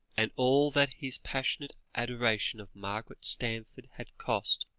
and all that his passionate adoration of margaret stanforth had cost,